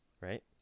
right